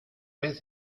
vez